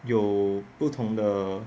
有不同的